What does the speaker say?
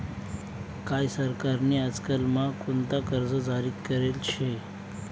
काय सरकार नी आजकाल म्हा कोणता कर्ज जारी करेल शे